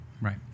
Right